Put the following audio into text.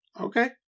Okay